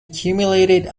accumulated